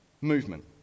movement